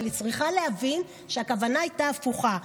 אבל היא צריכה להבין שהכוונה הייתה הפוכה.